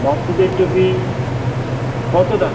বাচ্চাদের টুপি কত দাম